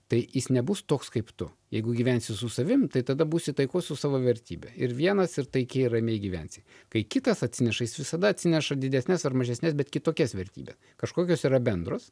tai jis nebus toks kaip tu jeigu gyvensi su savim tai tada būsi taikoj su savo vertybe ir vienas ir taikiai ramiai gyvensi kai kitas atsineša jis visada atsineša didesnes ar mažesnes bet kitokias vertybes kažkokios yra bendros